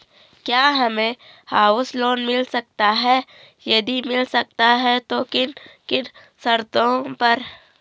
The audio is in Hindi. क्या हमें हाउस लोन मिल सकता है यदि मिल सकता है तो किन किन शर्तों पर?